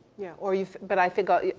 yeah, or you've, but i think ah